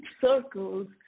circles